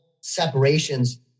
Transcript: separations